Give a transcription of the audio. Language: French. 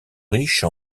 riche